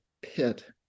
pit